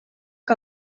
que